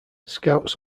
scouts